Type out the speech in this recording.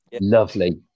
lovely